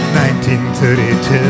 1932